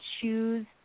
choose